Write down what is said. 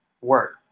work